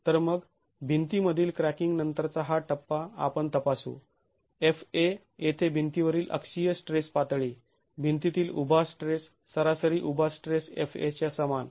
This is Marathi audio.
तर मग भिंतीमधील क्रॅकिंग नंतरचा हा टप्पा आपण तपासू fa येथे भिंतीवरील अक्षीय स्ट्रेस पातळी भिंतीतील उभा स्ट्रेस सरासरी उभा स्ट्रेस fa च्या समान